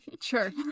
Sure